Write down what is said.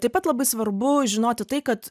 taip pat labai svarbu žinoti tai kad